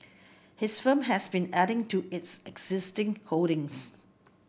his firm has been adding to its existing holdings